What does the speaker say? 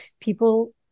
people